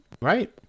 Right